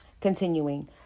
Continuing